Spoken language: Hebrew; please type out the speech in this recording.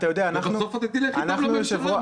ובסוף אתה תלך איתם לממשלה.